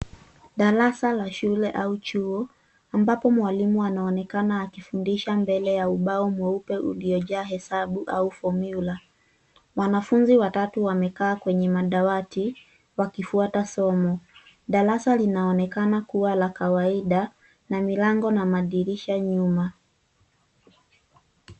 Darasa la shule au chuo, ambapo mwalimu anaonekana akifundisha mbele ya ubao mweupe uliojaa hesabu au formula .Wanafunzi watatu wamekaa kwenye madawati wakifuata somo. Darasa linaonekana kuwa la kawaida na milango na madirisha nyuma.